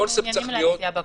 מה אתם מעוניינים להציע בקונספט?